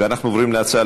אנחנו עוברים לנושא: